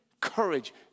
courage